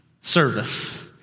service